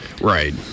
Right